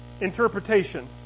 interpretation